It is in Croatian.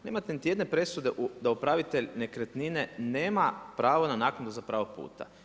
Nemate niti jedne presude da upravitelj nekretnine nema pravo na naknadu za pravo puta.